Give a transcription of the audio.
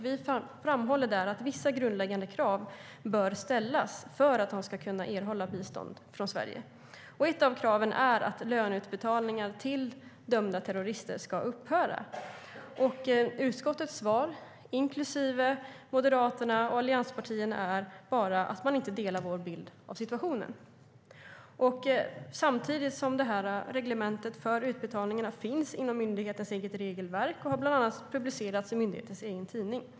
Vi framhåller där att vissa grundläggande krav bör ställas för att de ska kunna erhålla bistånd från Sverige. Ett av kraven är att löneutbetalningar till dömda terrorister ska upphöra. Reglementet för utbetalningarna finns inom myndighetens eget regelverk och har bland annat publicerats i myndighetens egen tidning.